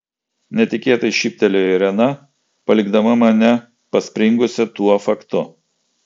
netikėtai šyptelėjo irena palikdama mane paspringusią tuo faktu